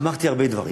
אמרתי הרבה דברים.